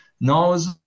knows